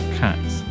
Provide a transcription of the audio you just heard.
cats